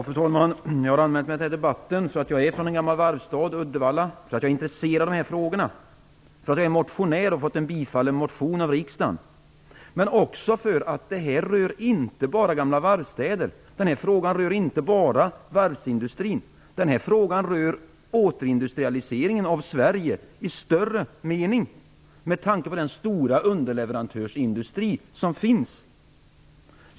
Fru talman! Jag har anmält mig till debatten därför att jag är från en gammal varvsstad - Uddevalla - för att jag är intresserad av dessa frågor och för att jag är motionär och har fått en motion bifallen av riksdagen, men också för att frågan inte bara rör gamla varvsstäder. Frågan rör inte bara varvsindustrin. Den rör återindustrialiseringen av Sverige i större mening, med tanke på den stora underleverantörsindustri som finns.